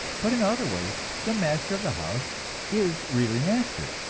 but in other ways the master of the house is really master,